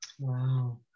Wow